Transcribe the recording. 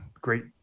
great